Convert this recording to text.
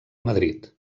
madrid